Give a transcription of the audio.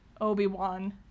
Obi-Wan